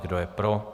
Kdo je pro?